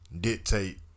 dictate